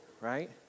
right